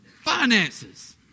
finances